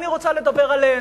אני רוצה לדבר עלינו,